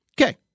Okay